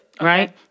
right